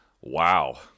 Wow